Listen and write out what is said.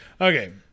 Okay